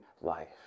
life